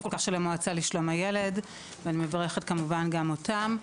כל כך של המועצה לשלום הילד ואני מברכת כמובן גם אותם.